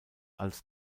als